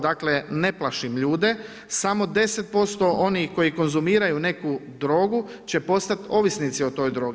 Dakle, ne plašim ljude, samo 10% onih koji konzumiraju neku drogu će postati ovisnici o toj drogi.